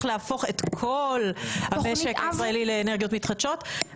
להפוך את כל המשק הישראלי להפוך לאנרגיות מתחדשות.